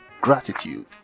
gratitude